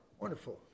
Wonderful